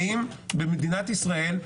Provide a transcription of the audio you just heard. האם במדינת ישראל,